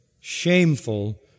shameful